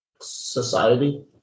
society